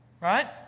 right